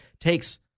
takes